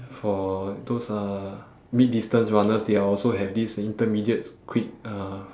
for those uh mid distance runners they are also have this intermediate quit uh